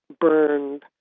burned